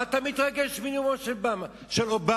מה אתה מתרגש מנאומו של אובמה,